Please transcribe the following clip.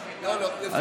לשביתה.